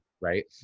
right